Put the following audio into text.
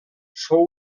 fou